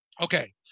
Okay